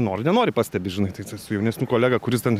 nori nenori pastebi žinai tai su jaunesniu kolega kuris ten